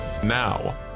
Now